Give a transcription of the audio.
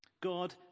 God